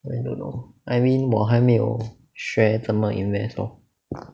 I don't know I mean 我还没有学怎么 invest lor